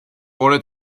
wurde